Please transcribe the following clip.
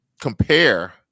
compare